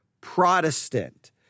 Protestant